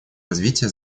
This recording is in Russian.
развития